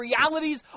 realities